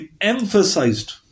emphasized